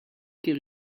keer